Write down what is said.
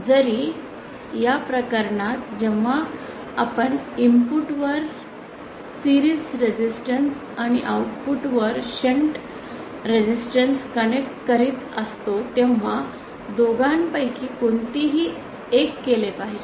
जरी या प्रकरणात जेव्हा आपण इनपुट वर मालिका रेसिस्टन्स आणि आउटपुट वर शंट रेसिस्टन्स कनेक्ट करीत असतो तेव्हा दोघांपैकी कोणतेही एक केले पाहिजे